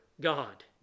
God